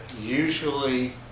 usually